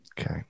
Okay